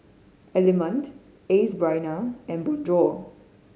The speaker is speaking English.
Element Ace Brainery and Bonjour